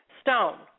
stone